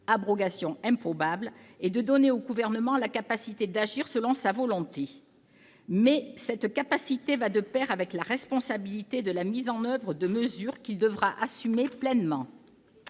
abrogation improbable », est de donner au Gouvernement la capacité d'agir selon sa volonté. Toutefois, cette capacité va de pair avec la responsabilité de la mise en oeuvre de mesures qu'il devra assumer pleinement.